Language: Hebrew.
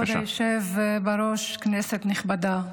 כבוד היושב-בראש, כנסת נכבדה,